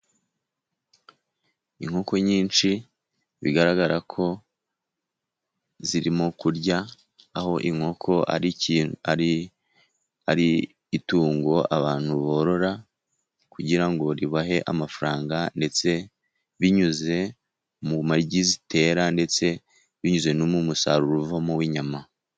Inkoko nyinshi bigaragara ko zirimo kurya aho inkoko ari ari itungo abantu borora kugira ngo ribahe amafaranga ndetse binyuze mu magi zitera ndetse binyuze no mu musaruro uvamo w'inyama.